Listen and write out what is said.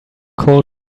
cold